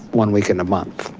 one week in a month,